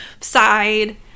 side